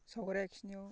सावगारि आखिनायाव